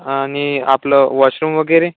आणि आपलं वॉशरूम वगैरे